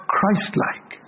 Christ-like